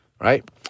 right